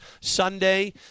Sunday